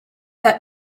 that